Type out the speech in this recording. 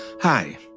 Hi